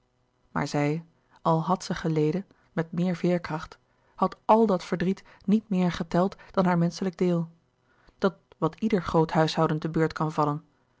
maar zij al had zij geleden met meer veerkracht had àl dat verdriet niet meer geteld dan haar menschelijk deel dat wat ieder groot huishouden te beurt kan vallen